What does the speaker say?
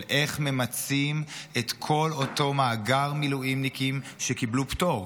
של איך ממצים את כל אותו מאגר מילואימניקים שקיבלו פטור.